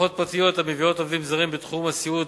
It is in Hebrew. לשכות פרטיות המביאות עובדים זרים בתחום הסיעוד